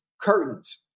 curtains